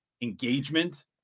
engagement